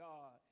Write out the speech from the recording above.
God